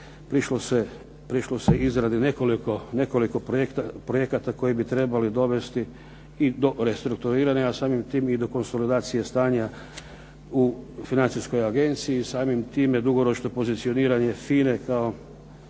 prišlo se izradi nekoliko projekata koji bi trebali dovesti i do restrukturiranja, a samim tim i do konsolidacije stanja u Financijskoj agenciji i samim time dugoročno pozicioniranje "FINE" kao